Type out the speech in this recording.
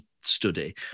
study